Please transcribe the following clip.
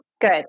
Good